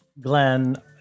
Glenn